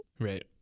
Right